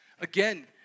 Again